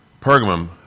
Pergamum